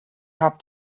have